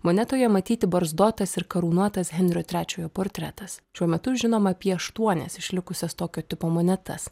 monetoje matyti barzdotas ir karūnuotas henrio trečiojo portretas šiuo metu žinoma apie aštuonias išlikusias tokio tipo monetas